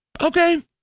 okay